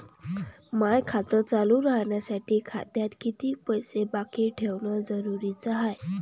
माय खातं चालू राहासाठी खात्यात कितीक पैसे बाकी ठेवणं जरुरीच हाय?